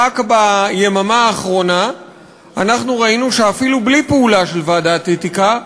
רק ביממה האחרונה ראינו שאפילו בלי פעולה של ועדת האתיקה,